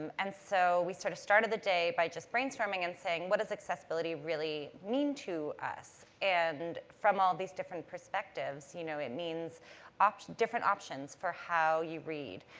um and so we, sort of, started the day by just brainstorming and saying, what does accessibility really mean to us? and from all these different perspectives, you know, it means different options for how you read.